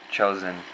chosen